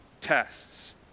tests